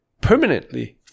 permanently